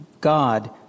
God